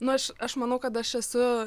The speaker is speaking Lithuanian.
nu aš aš manau kad aš esu